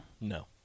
No